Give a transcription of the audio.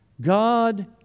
God